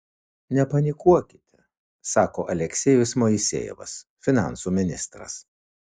nepanikuokite sako aleksejus moisejevas finansų ministras